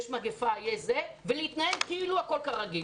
יש מגפה ולהתנהג כאילו הכול רגיל.